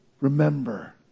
Remember